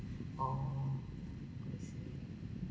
oh I see